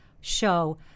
show